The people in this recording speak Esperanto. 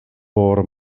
por